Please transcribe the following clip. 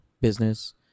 business